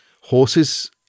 horses